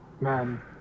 man